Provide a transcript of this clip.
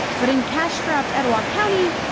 but in cash-strapped etowah county,